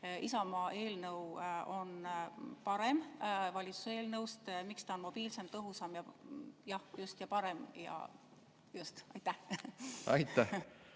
Isamaa eelnõu on parem valitsuse eelnõust? Miks ta on mobiilsem, tõhusam ja, just, parem? Aitäh,